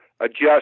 adjust